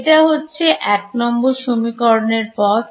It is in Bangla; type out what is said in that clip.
এটা হচ্ছে এক নম্বর সমীকরণের পথ